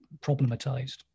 problematized